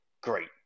great